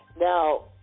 Now